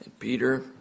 Peter